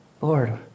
Lord